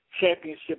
Championship